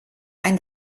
ein